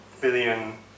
billion